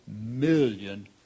million